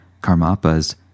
Karmapas